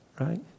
Right